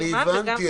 הבנתי.